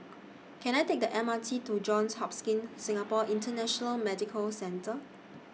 Can I Take The M R T to Johns Hopkins Singapore International Medical Centre